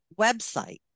website